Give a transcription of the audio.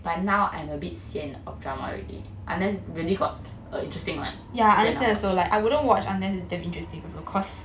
but now I'm a bit sian of drama already unless really got a interesting one then I will watch